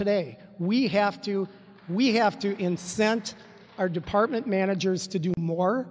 today we have to we have to in sent our department managers to do more